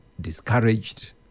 discouraged